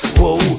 Whoa